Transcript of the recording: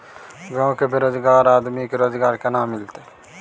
गांव में बेरोजगार आदमी के रोजगार केना मिलते?